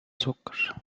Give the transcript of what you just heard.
سكر